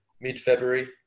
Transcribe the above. mid-February